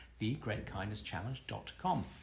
thegreatkindnesschallenge.com